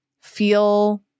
feel